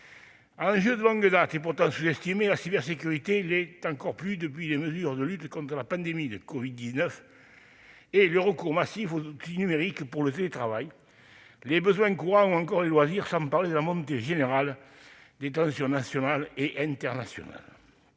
enjeu de longue date et pourtant sous-estimé, est encore plus cruciale depuis la mise en oeuvre des mesures de lutte contre la pandémie de covid-19 et le recours massif aux outils numériques dans le cadre du télétravail, des besoins courants ou encore des loisirs, sans parler de la montée générale des tensions nationales et internationales.